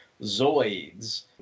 Zoids